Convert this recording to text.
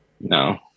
No